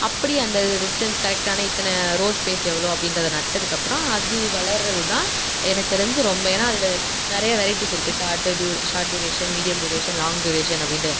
அப்படியே அந்த டிஸ்டெண்ட்ஸ் கரெக்டான இத்தனை ரோஸ் பேஸ் எவ்வளோ அப்படின்றத நட்டதுக்கு அப்புறம் அது வளர்கிறது தான் எனக்கு தெரிஞ்சு ரொம்ப ஏன்னா அதில் நிறைய வெரைட்டிஸ் இருக்குது சாட்டு ட்யூ short duration medium duration long duration அப்படின்ற